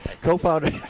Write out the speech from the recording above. Co-founder